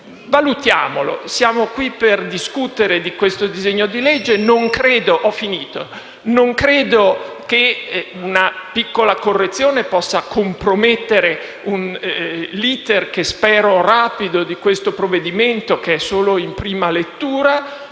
aspetto; siamo qui per discutere di questo disegno di legge e non credo che una piccola correzione possa compromettere l'*iter*, che spero rapido, di questo provvedimento, che è ora solo in prima lettura.